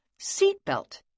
seatbelt